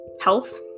health